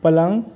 पलंग